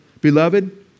Beloved